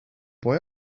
boy